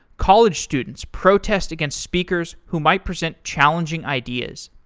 college students protest against speakers who might present challenging ideas.